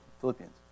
Philippians